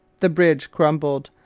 the bridge crumbled.